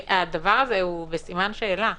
הדבר הזה הוא בסימן שאלה,